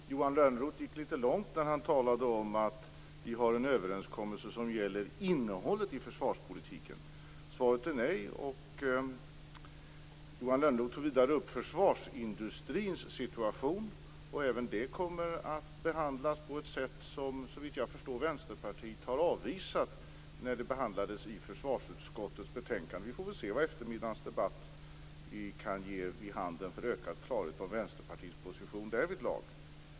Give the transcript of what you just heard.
Fru talman! Johan Lönnroth gick lite långt när han talade om att vi har en överenskommelse som gäller innehållet i försvarspolitiken. Svaret är nej. Johan Lönnroth tog vidare upp försvarsindustrins situation. Även det kommer att behandlas på ett sätt som, såvitt jag förstår, Vänsterpartiet har avvisat när det behandlades i försvarsutskottets betänkande. Vi får väl se vad eftermiddagens debatt kan ge vid handen för ökad klarhet om Vänsterpartiets position därvidlag.